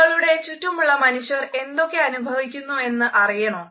നിങ്ങളുടെ ചുറ്റുമുള്ള മനുഷ്യർ എന്തൊക്കെ അനുഭവിക്കുന്നുവെന്ന് അറിയണോ